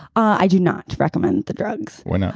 i do not recommend the drugs why not?